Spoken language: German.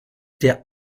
der